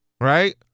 right